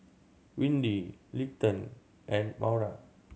Windy Leighton and Maura